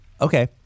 Okay